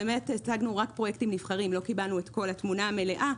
השגנו רק פרויקטים נבחרים ולא קיבלנו את התמונה המלאה.